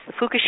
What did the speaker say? Fukushima